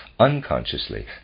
unconsciously